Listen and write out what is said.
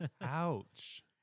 ouch